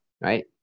right